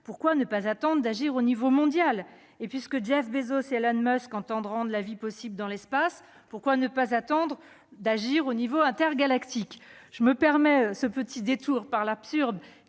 pourquoi ne pas attendre d'agir à l'échelle mondiale ? Et puisque Jeff Bezos et Elon Musk entendent rendre possible la vie dans l'espace, pourquoi ne pas attendre d'agir au niveau intergalactique ? Si je me permets ce petit détour par l'absurde,